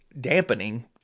dampening